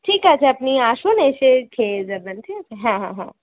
ঠিক আছে আপনি আসুন এসে খেয়ে যাবেন ঠিক আছে হ্যাঁ হ্যাঁ হ্যাঁ